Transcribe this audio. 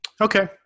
Okay